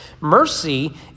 Mercy